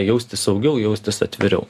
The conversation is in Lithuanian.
jaustis saugiau jaustis atviriau